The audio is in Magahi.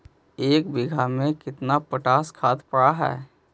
एक बिघा में केतना पोटास खाद पड़ है?